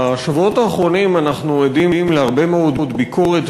בשבועות האחרונים אנחנו עדים להרבה מאוד ביקורת